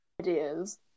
Ideas